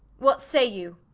what say you?